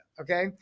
Okay